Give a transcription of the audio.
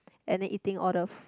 and then eating all the